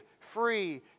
free